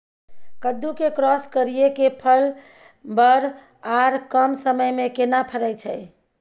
कद्दू के क्रॉस करिये के फल बर आर कम समय में केना फरय छै?